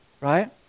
right